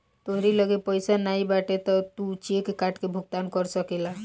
तोहरी लगे पइया नाइ बाटे तअ तू चेक काट के भुगतान कर सकेला